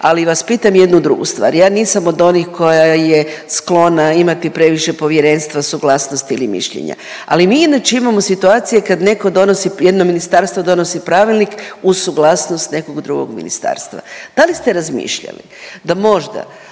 ali vas pitam jednu drugu stvar. Ja nisam od onih koja je sklona imati previše povjerenstva, suglasnosti ili mišljenja, ali mi već imamo situacije kad neko donosi jedno ministarstvo donosi pravilnik uz suglasnost nekog drugog ministarstva. Da li ste razmišljali da možda